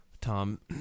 Tom